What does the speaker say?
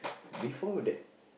before that